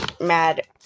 mad